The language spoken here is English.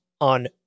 on